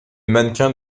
mannequin